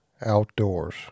Outdoors